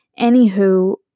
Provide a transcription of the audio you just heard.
anywho